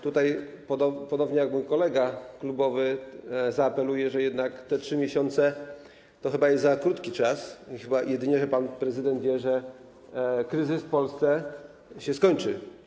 Tutaj ponownie, jak mój kolega klubowy, zaapeluję, bo jednak 3 miesiące to chyba jest za krótki czas i chyba jedynie pan prezydent wie, że kryzys w Polsce się skończy.